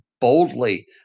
boldly